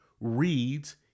reads